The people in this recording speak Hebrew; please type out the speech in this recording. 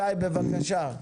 שי, בבקשה.